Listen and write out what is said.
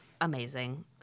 Amazing